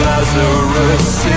Lazarus